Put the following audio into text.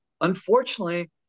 unfortunately